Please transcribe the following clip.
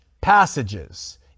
passages